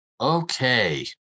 Okay